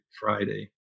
Friday